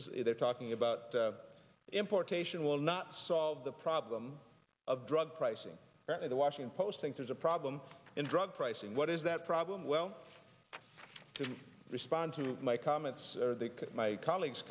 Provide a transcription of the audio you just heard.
is they're talking about importation will not solve the problem of drug pricing and the washington post think there's a problem in drug pricing what is that problem well to respond to my comments are they my colleagues